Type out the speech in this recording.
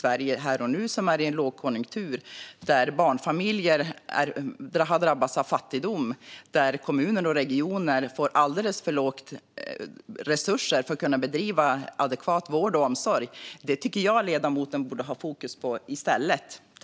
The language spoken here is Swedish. Vi är i en lågkonjunktur där barnfamiljer drabbas av fattigdom och kommuner och regioner får alldeles för små resurser för att kunna bedriva adekvat vård och omsorg. Detta borde ledamoten ha fokus på i stället.